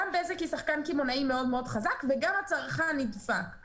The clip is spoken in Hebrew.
גם בזק היא שחקן קמעונאי מאוד מאוד חזק וגם הצרכן נדפק.